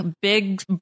big